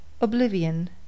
Oblivion